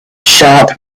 sharp